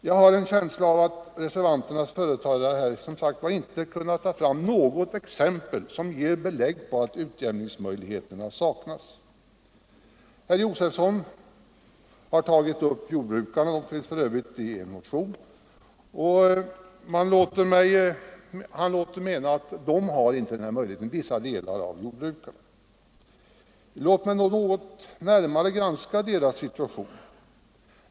Jag har som sagt en känsla av att reservanternas företrädare här inte kunnat ta fram något exempel som ger belägg för att utjämningsmöjligheter saknas. Herr Josefson talade om jordbrukarna — de behandlas för övrigt i en motion — och menade att vissa av dem inte har några utjämningsmöjligheter. Låt mig då något närmare granska jordbrukarnas situation.